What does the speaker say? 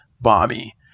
Bobby